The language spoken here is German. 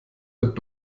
wird